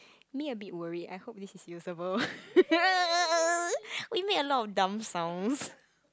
me a bit worried I hope this is usable we made a lot of dumb sounds